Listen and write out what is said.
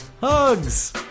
Hugs